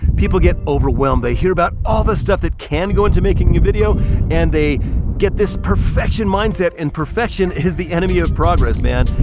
people get overwhelmed they hear about all the stuff that can go into making a video and they get this perfection mindset, and perfection is the enemy of progress man,